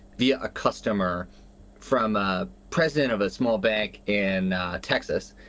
the a customer from a president of a small bag in texas.